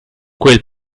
quel